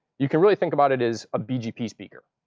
you can really think about it as a bgp speaker,